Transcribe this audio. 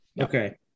okay